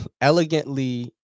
elegantly